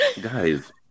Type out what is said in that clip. Guys